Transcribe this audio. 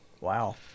Wow